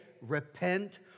Repent